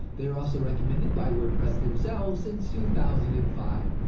they are also recommended by wordpress themselves since two thousand and five.